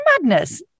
madness